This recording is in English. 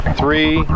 three